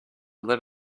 let